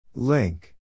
Link